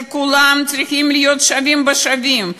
כולם צריכים להיות שווים ושווים,